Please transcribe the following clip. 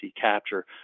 capture